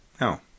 No